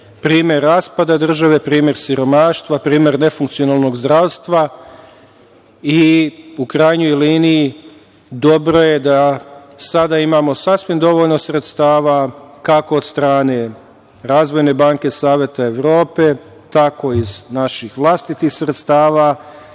primer raspada države, primer siromaštva, primer nefunkcionalnog zdravstva.U krajnjoj liniji, dobro je da sada imamo sasvim dovoljno sredstava, kako od strane Razvojne banke Saveta Evrope, tako i iz naših vlastitih sredstava